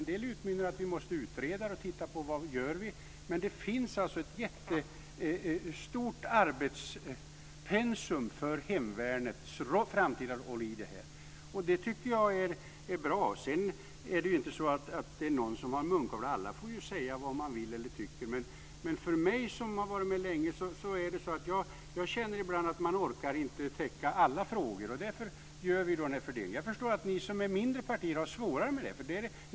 En del utmynnar i att vi måste utreda vad vi gör, men det finns ett jättestort arbetspensum för hemvärnets framtida roll i detta sammanhang, och det tycker jag är bra. Det är ju inte så att någon är belagd med munkavle. Alla får säga vad de tycker, men jag som har varit med länge känner ibland att jag ändå inte orkar täcka alla frågor. Vi gör en fördelning av frågorna. Jag förstår att de mindre partierna har svårare att göra det.